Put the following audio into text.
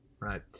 Right